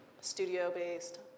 studio-based